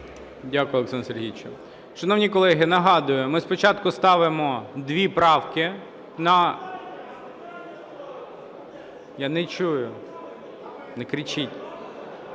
Дякую, Олександре Сергійовичу. Шановні колеги, нагадую: ми спочатку ставимо дві правки на... (Шум у залі) Я не чую, не кричіть.